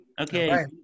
Okay